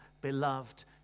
beloved